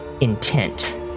intent